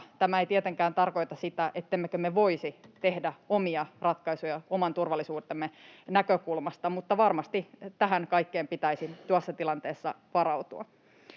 tämä ei tietenkään tarkoita sitä, ettemmekö me voisi tehdä omia ratkaisuja oman turvallisuutemme näkökulmasta, mutta varmasti tähän kaikkeen pitäisi tuossa tilanteessa varautua.